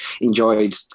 enjoyed